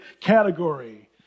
category